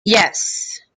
yes